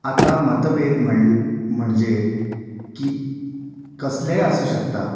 आतां मतभेद म्हण म्हणजे की कसलेंय आसूं शकता